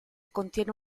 contiene